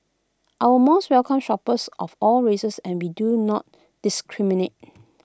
our malls welcome shoppers of all races and be do not discriminate